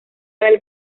del